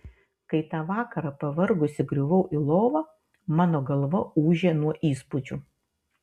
kai tą vakarą pavargusi griuvau į lovą mano galva ūžė nuo įspūdžių